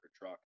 truck